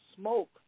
smoke